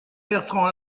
bertrand